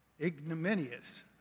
ignominious